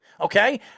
Okay